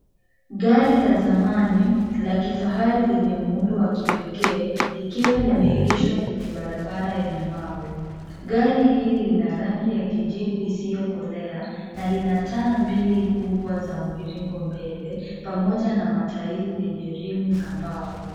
Gari la zamani la kifahari lenye muundo wa kipekee likiwa limeegeshwa kwenye barabara yenye mawe. Gari hili lina rangi ya kijivu isiyokolea na lina taa mbili kubwa za mviringo mbele pamoja na matairi zenye rimu za mbao.